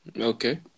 Okay